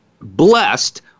blessed